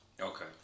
okay